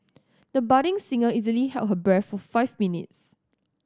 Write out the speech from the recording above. the budding singer easily held her breath for five minutes